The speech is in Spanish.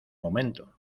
momento